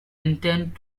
intend